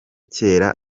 kera